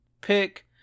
pick